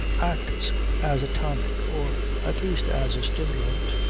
acts as a tonic, or at least as a stimulant.